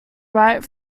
right